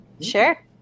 Sure